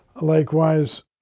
Likewise